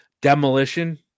Demolition